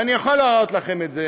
ואני יכול להראות לכם את זה,